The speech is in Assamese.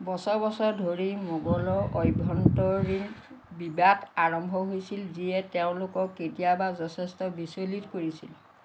বছৰ বছৰ ধৰি মোগলৰ আভ্যন্তৰীণ বিবাদ আৰম্ভ হৈছিল যিয়ে তেওঁলোকক কেতিয়াবা যথেষ্ট বিচলিত কৰিছিল